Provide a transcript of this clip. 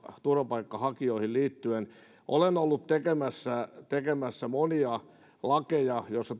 turvapaikanhakijoihin liittyen olen ollut tekemässä tekemässä monia lakeja joissa